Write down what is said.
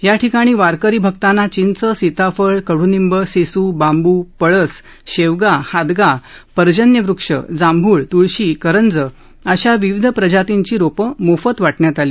याठिकाणी वारकरी भक्तांना चिंच सीताफळ कड्निंब सिसू बांबू पळस शेवगा हादगा पर्जन्यवृक्ष जांभ्ळ त्ळशी करंज अशा विविध प्रजातींची रोपे मोफत वाटण्यात आली